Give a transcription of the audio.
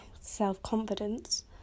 self-confidence